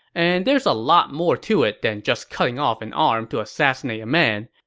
and there's a lot more to it than just cutting off an arm to assassinate a man.